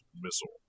missile